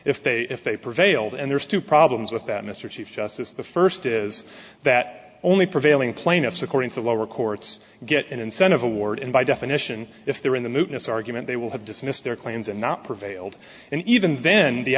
if they if they prevailed and there's two problems with that mr chief justice the first is that only prevailing plaintiffs according to the lower courts get an incentive award and by definition if they're in the movement's argument they will have dismissed their claims and not prevailed and even then the